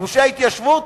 גושי ההתיישבות,